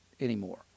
anymore